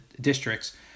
districts